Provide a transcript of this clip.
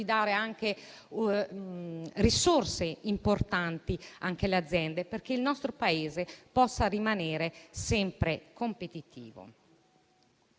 di dare risorse importanti alle aziende affinché il nostro Paese possa rimanere sempre competitivo.